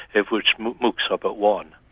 of which moocs are but one.